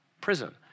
prison